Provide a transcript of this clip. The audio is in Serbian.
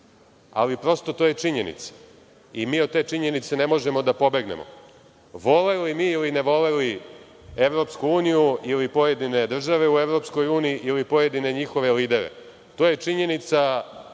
ali prosto to je činjenica i mi od te činjenice ne možemo da pobegnemo, voleli mi ili ne voleli Evropsku uniju, ili pojedine države u Evropskoj uniji, ili pojedine njihove lidere, to je činjenica